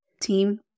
team